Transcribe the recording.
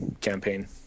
campaign